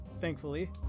Thankfully